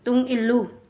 ꯇꯨꯡ ꯏꯜꯂꯨ